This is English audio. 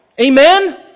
amen